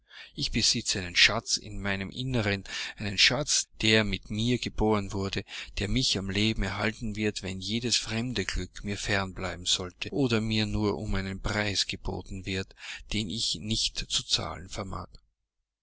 ich besitze einen schatz in meinem innern einen schatz der mit mir geboren wurde der mich am leben erhalten wird wenn jedes fremde glück mir fern bleiben sollte oder mir nur um einen preis geboten wird den ich nicht zu zahlen vermag